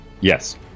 Yes